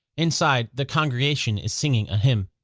inside, the congregation is singing a hymn.